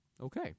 Okay